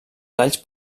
talls